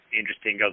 interesting